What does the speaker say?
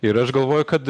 ir aš galvoju kad